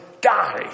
die